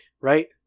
right